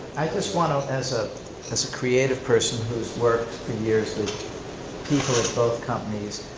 i just wanna, as ah as a creative person, who's worked for years with people at both companies,